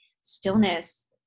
stillness